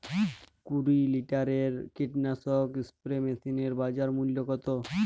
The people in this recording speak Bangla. কুরি লিটারের কীটনাশক স্প্রে মেশিনের বাজার মূল্য কতো?